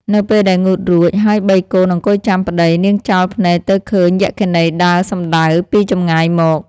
នៅពេលដែលងូតរួច ហើយបីកូន អង្គុយចាំប្តី នាងចោលភ្នែកទៅឃើញយក្ខិនីដើរសំដៅពីចម្ងាយមក ។